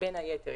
בין היתר,